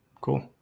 Cool